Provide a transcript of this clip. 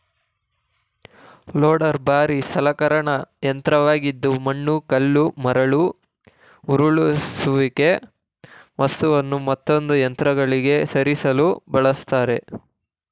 loader ಭಾರೀ ಸಲಕರಣೆ ಯಂತ್ರವಾಗಿದ್ದು ಮಣ್ಣು ಕಲ್ಲು ಮರಳು ಉರುಳಿಸುವಿಕೆ ವಸ್ತುನು ಮತ್ತೊಂದು ಯಂತ್ರಗಳಿಗೆ ಸರಿಸಲು ಬಳಸ್ತರೆ